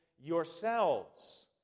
yourselves